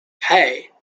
hey